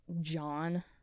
john